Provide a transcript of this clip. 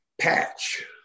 patch